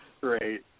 great